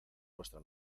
vuestra